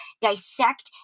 dissect